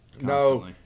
No